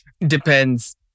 Depends